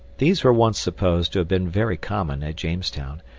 these were once supposed to have been very common at jamestown,